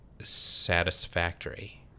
satisfactory